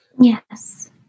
Yes